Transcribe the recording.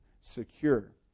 secure